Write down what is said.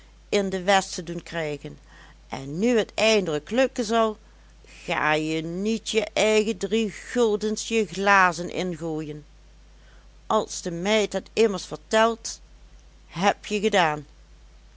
in de west te doen krijgen en nu het eindelijk lukken zal ga je niet je eigen drieguldens je glazen ingooien als de meid het immers vertelt hebje gedaan